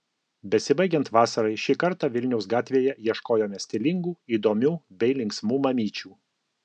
besibaigiant vasarai šį kartą vilniaus gatvėse ieškojime stilingų įdomių bei linksmų mamyčių